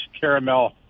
Caramel